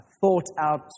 thought-out